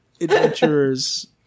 adventurers